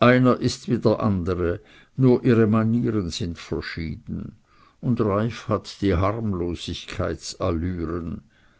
einer ist wie der andre nur ihre manieren sind verschieden und reiff hat die harmlosigkeitsallüren